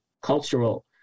cultural